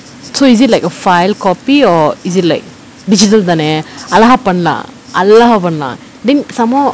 so is it like a file copy or is it like digital தானே அழகா பண்லா அழகா பண்லா:thaanae alagaa panlaa alagaa panlaa then some more